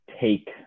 take